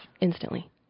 Instantly